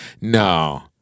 No